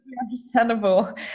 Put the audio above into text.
understandable